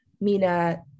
Mina